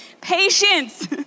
Patience